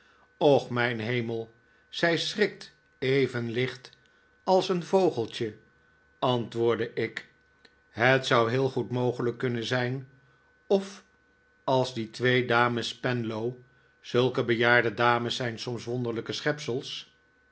och mijn hemel zij schrikt even licht als een vogeltje antwoordde ik het zou heel goed mogelijk kunnen zijn of als die twee dames spenlow zulke bejaarde dames zijn soms